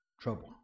trouble